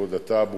מכובדי השר בגין,